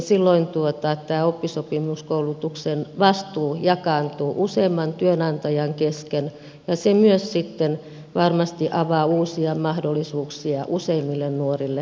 silloin tämä oppisopimuskoulutuksen vastuu jakaantuu useamman työnantajan kesken ja se myös sitten varmasti avaa uusia mahdollisuuksia useimmille nuorille päästä oppisopimuskoulutukseen